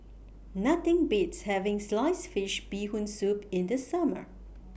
Nothing Beats having Sliced Fish Bee Hoon Soup in The Summer